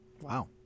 Wow